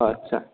आदसा